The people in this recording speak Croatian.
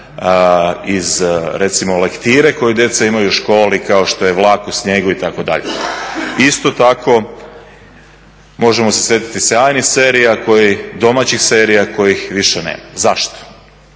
iz recimo lektire koju djeca imaju u školi kao što je vlak u snijegu itd.. Isto tako možemo se sjetiti sjajnih serija, domaćih serija kojih više nema. Zašto?